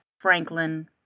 Franklin